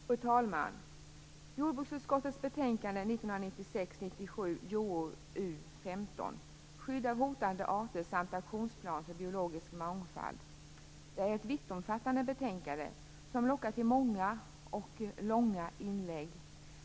Fru talman! Jordbruksutskottets betänkande 1996/97:JoU15 Skydd av hotade arter samt aktionsplan för biologisk mångfald är vittomfattande som lockat till många och långa inlägg.